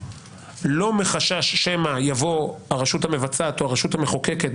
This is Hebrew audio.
לא מחשש שמא תבוא הרשות המבצעת או הרשות המחוקקת,